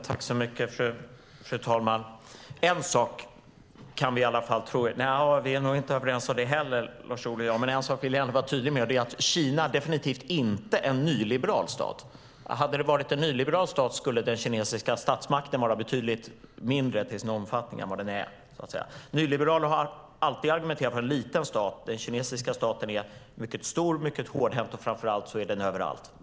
Fru talman! En sak tror jag att vi i alla fall kan vara överens om. Nja, vi är nog inte överens om det heller, Lars Ohly och jag. Men en sak vill jag ändå vara tydlig med, och det är att Kina definitivt inte är en nyliberal stat. Hade det varit en nyliberal stat skulle den kinesiska statsmakten ha varit betydligt mindre till sin omfattning än vad den är. Nyliberaler har alltid argumenterat för en liten stat. Den kinesiska staten är mycket stor och mycket hårdhänt, och framför allt är den överallt.